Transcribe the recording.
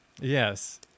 yes